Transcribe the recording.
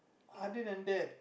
other than that